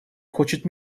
хочет